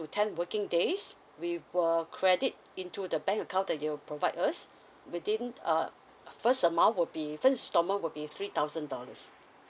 ten working days we will credit into the bank account that you provide us within err first amount would be first installment will be three thousand dollars